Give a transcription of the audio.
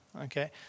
okay